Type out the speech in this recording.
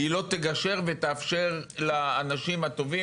הן לא יגשרו ויאפשרו לאנשים הטובים